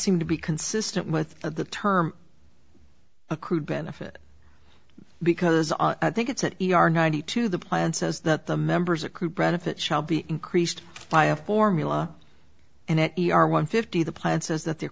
seem to be consistent with the term accrued benefit because i think it's an e r ninety two the plan says that the members accrue benefits shall be increased by a formula and e r one fifty the plan says that the